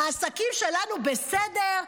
העסקים שלנו בסדר?